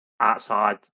outside